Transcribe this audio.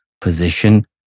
position